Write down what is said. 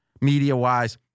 media-wise